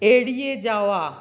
এড়িয়ে যাওয়া